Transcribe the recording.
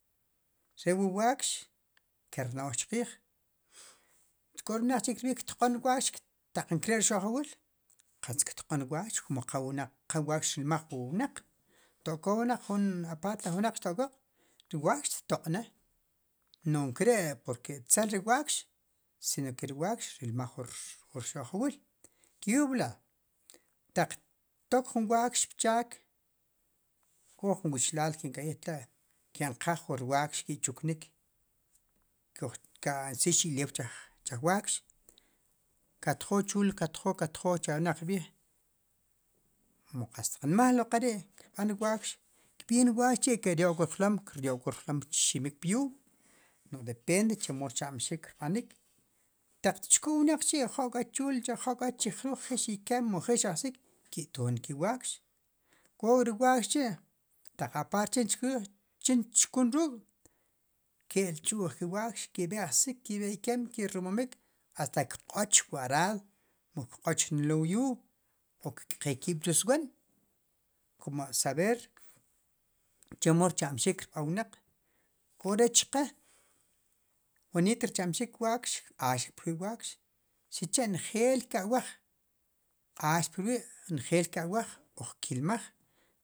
Re wu wakx kerno'j chqiij k'o ri wnaq chi kirb'ij qtq'on wakx taq nkare' rxo'jwiil katz ktq'on ri wakx komo qa wnaq qa wakx rilmaj wu wnaq to'koq wnaq jun apart laj wnaq to'koq wakx xttoq'ne' nu nkare' porque etzel ri wakx sino ke ri wakx rilmaj wu rxo'jwiil kyub'la' taq tok jun wakx pchaak k'o jun wichlaal kin ka'yij tla' ke'nqaj wu rwakx ki' chuknik koj kansis ulew chij wakx katjo' chuul katjo' katjo' cha wnaq kb'iij mu katz tqnmaj lo qe ri' krb'an ri wakx kb'iin ri wakx k'chi' keryo'k ri rjlom kiryo'k wu rjlom pximik pyuug nuj depend chemo rchamxik kb'anik taq tchkun wnaq chi' jo' k'a chuul jo' k'a chi jruj jax ikem mo jax ajxik kitoon ki wakx k'o k'ri' wakx chi' taq apart chin tchkun ruk' ke'l tx'uj ki wakx ki' b'ek ajsik ki' b'ek ikem ki' rumumik hasta kq'och wu arad mu kq'och nelo' wu yuug mu kk'qeel kib' chi swon como a saber chemo rcha'mxik kirb'an wnaq k'o re chqe wonit rchamxik wakx kq'aax prwi' wakx sicha' nejel ki' awaj kq'ax prwi' nelej ke awaj oj kilmaj